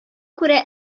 күрә